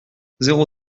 zéro